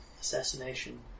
Assassination